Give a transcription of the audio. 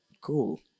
Cool